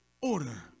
order